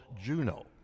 Juno